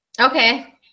Okay